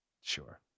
sure